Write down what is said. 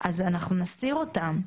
אנחנו נסיר אותם.